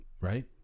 right